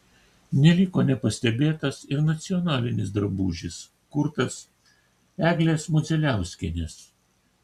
neliko nepastebėtas ir nacionalinis drabužis kurtas eglės modzeliauskienės